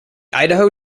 idaho